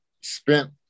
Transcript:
spent